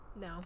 No